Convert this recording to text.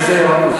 איזו ערנות.